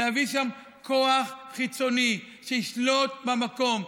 להביא לשם כוח חיצוני שישלוט במקום,